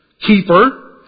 Keeper